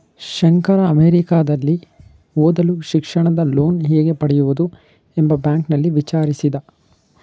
ಶಂಕರ ಅಮೆರಿಕದಲ್ಲಿ ಓದಲು ಶಿಕ್ಷಣದ ಲೋನ್ ಹೇಗೆ ಪಡೆಯುವುದು ಎಂದು ಬ್ಯಾಂಕ್ನಲ್ಲಿ ವಿಚಾರಿಸಿದ